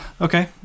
Okay